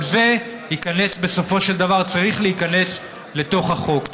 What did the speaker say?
גם זה, בסופו של דבר, צריך להיכנס לתוך החוק.